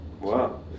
Wow